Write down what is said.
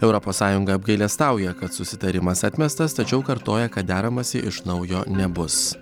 europos sąjunga apgailestauja kad susitarimas atmestas tačiau kartoja kad deramasi iš naujo nebus